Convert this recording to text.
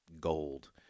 gold